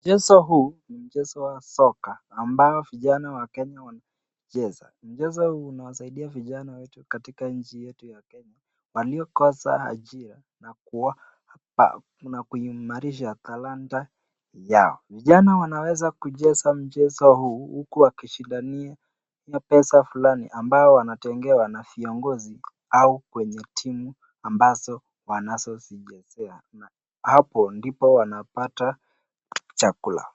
Mchezo huu ni mchezo wa soka ambao vijana wa Kenya wanaucheza. Mchezo huu unawasaidia vijana wetu katika nchi yetu ya Kenya, waliokosa ajira na kuimarisha talanta yao. Vijana wanaweza kucheza mchezo huu huku wakishindania mapesa fulani ambayo wanatengewa na viongozi au kwenye timu ambazo wanazo zichezea. Hapo ndipo wanapata chakula.